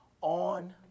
on